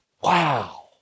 Wow